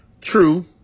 True